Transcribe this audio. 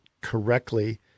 correctly